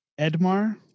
Edmar